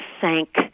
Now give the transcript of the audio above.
sank